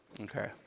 Okay